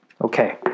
Okay